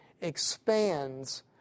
expands